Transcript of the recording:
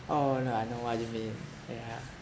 oh no I know what you mean yeah